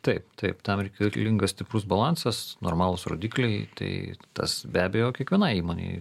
taip taip tam reikalingas stiprus balansas normalūs rodikliai tai tas be abejo kiekvienai įmonei